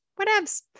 whatevs